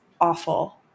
awful